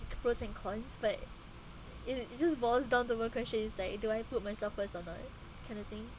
pros and cons but it it just boils down to one question is like do I put myself first or not kind of thing